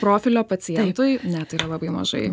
profilio pacientui ne tai yra labai mažai